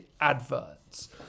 adverts